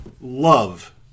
love